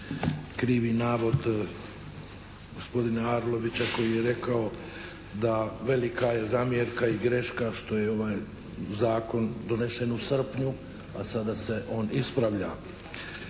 krivi navod gospodina Arlovića koji je rekao da velika je zamjerka i greška što je ovaj zakon donesen u srpnju, a sada se on ispravlja.